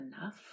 enough